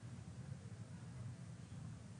ההצעה שלו.